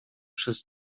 przez